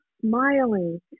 smiling